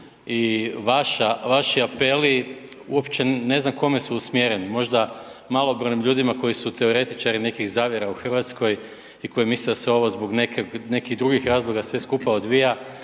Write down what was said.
I vaši apeli uopće ne znam kome su usmjereni, možda malobrojnim ljudima koji su teoretičari nekih zavjera u Hrvatskoj i koji misle da se ovo zbog nekih drugih sve skupa odvija.